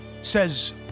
says